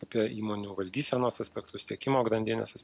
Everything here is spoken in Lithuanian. apie įmonių valdysenos aspektus tiekimo grandines